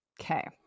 Okay